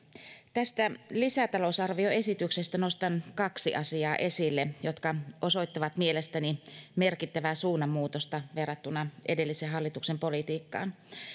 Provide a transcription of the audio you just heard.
tästä lisätalousarvioesityksestä nostan esille kaksi asiaa jotka osoittavat mielestäni merkittävää suunnanmuutosta verrattuna edellisen hallituksen politiikkaan